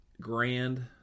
grand